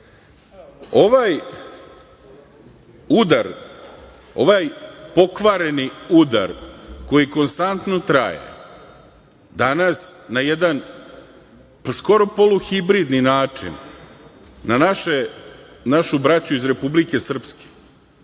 ovaj pokvareni udar koji konstantno traje, danas na jedan skoro poluhibridni način, na našu braću iz Republike Srpske,